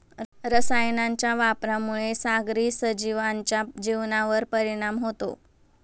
रसायनांच्या वापरामुळे सागरी सजीवांच्या जीवनावर परिणाम होतो